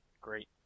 great